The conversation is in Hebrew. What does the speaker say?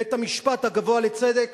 בית-המשפט הגבוה לצדק